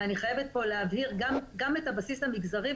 אוני חייבת פה להבהיר גם את הבסיס המגזרי,